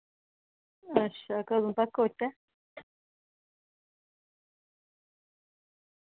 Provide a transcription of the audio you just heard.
अच्छा कदूं तक औचे